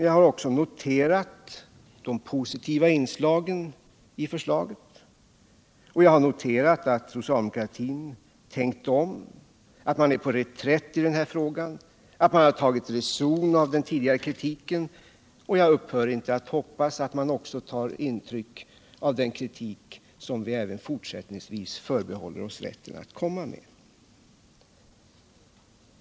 Jag har också nowerat de positiva inslagen i förslaget, och jag har noterat att socialdemokratin tänkt om, att man är på reträtt i denna fråga och att man tagit reson med anledning av kritiken. Jag upphör inte att hoppas att man också kommer att ta intryck också av den kritik som vi fortsättningsvis förbehåller oss rätten att framföra.